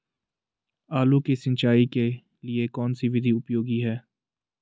आलू की सिंचाई के लिए कौन सी विधि उपयोगी है?